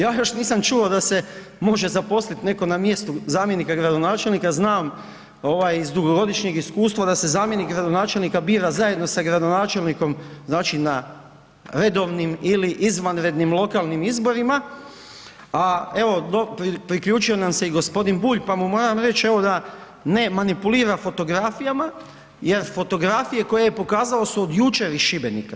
Ja još nisam čuo da se može zaposliti netko na mjestu zamjenika gradonačelnika, znam iz dugogodišnjeg iskustva da se zamjenik gradonačelnika bira zajedno sa gradonačelnikom znači na redovnim ili izvanrednim lokalnim izborima, a evo, priključio nam se i g. Bulj pa mu moram reći, evo da ne manipulira fotografijama jer fotografije koje je pokazao su od jučer iz Šibenika.